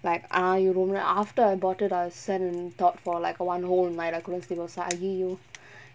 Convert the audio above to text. like ah இவ ரொம்ப நேரோ:iva romba nero after I bought it I sat and thought for like one whole night I couldn't sleep I was like !aiyo!